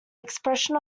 expression